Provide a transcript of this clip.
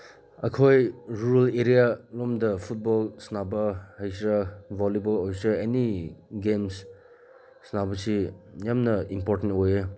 ꯑꯩꯈꯣꯏ ꯔꯨꯔꯦꯜ ꯑꯦꯔꯤꯌꯥꯂꯣꯝꯗ ꯐꯨꯠꯕꯣꯜ ꯁꯥꯟꯅꯕ ꯍꯥꯏꯁꯤꯔ ꯕꯣꯜꯂꯤꯕꯣꯜ ꯑꯣꯏꯁꯤꯔ ꯑꯦꯅꯤ ꯒꯦꯝꯁ ꯁꯥꯟꯅꯕꯁꯤ ꯌꯥꯝꯅ ꯏꯝꯄꯣꯔꯇꯦꯟ ꯑꯣꯏꯌꯦ